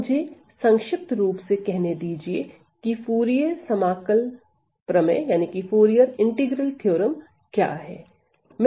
तो मुझे संक्षिप्त रूप से कहने दीजिए की फूरिये समाकल प्रमेय क्या है